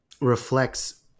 reflects